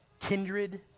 Kindred